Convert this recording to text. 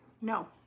No